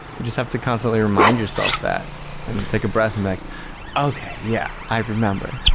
you just have to constantly remind yourself that and take a breath and be like ok, yeah, i've remembered,